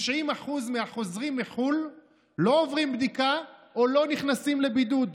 90% מהחוזרים מחו"ל לא עוברים בדיקה או שלא נכנסים לבידוד.